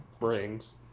rings